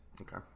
Okay